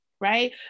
right